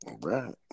right